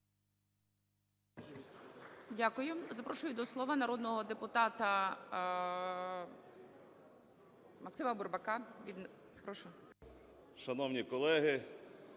Дякую. Запрошую до слова народного депутата Максима Бурбака.